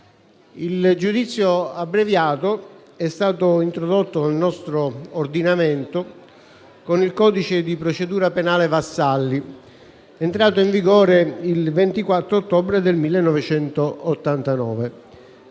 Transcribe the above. il giudizio abbreviato è stato introdotto nel nostro ordinamento con il codice di procedura penale Vassalli ed è entrato in vigore il 24 ottobre del 1989.